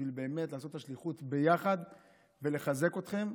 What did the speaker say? באמת בשביל לעשות את השליחות ביחד ולחזק אתכם.